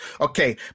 Okay